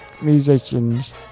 musicians